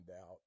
out